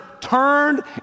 turned